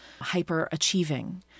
hyper-achieving